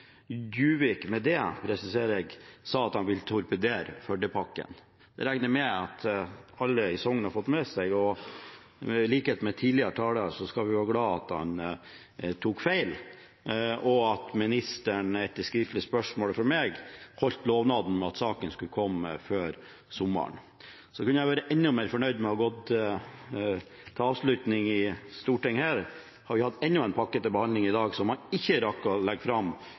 Djuvik, med «D», vil jeg presisere – sa at han ville torpedere Førdepakken. Det regner jeg med at alle i Sogn og Fjordane har fått med seg, og i likhet med tidligere talere skal vi være glade for at han tok feil, og at ministeren etter skriftlig spørsmål fra meg holdt lovnaden om at saken skulle komme før sommeren. Jeg hadde vært enda mer fornøyd med avslutningen før sommerferien her på Stortinget hvis vi hadde hatt enda en pakke til behandling i dag, men som man ikke rakk å legge fram, og det er